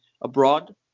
abroad